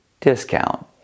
discount